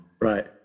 Right